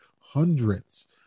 hundreds